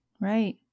right